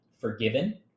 forgiven